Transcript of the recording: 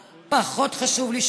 פחות חשוב הסטטוס קוו,